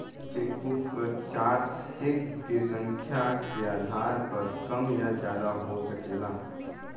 chequebook क charge cheque क संख्या के आधार पर कम या ज्यादा हो सकला